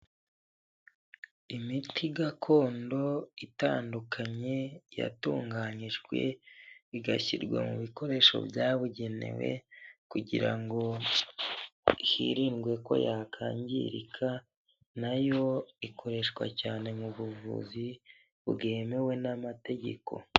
Imiti gakondo itandukanye, yatunganyijwe, igashyirwa mu bikoresho byabugenewe, kugira ngo hirindwe ko yakangirika, na yo ikoreshwa cyane mu buvuzi bwemewe n'amategeko.